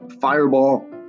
fireball